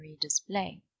display